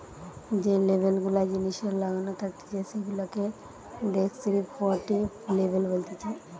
যে লেবেল গুলা জিনিসে লাগানো থাকতিছে সেগুলাকে ডেস্ক্রিপটিভ লেবেল বলতিছে